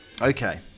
Okay